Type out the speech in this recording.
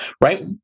right